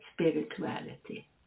spirituality